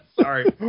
Sorry